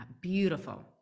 beautiful